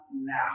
now